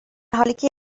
حالیکه